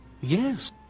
Yes